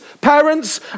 parents